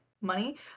money